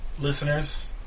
listeners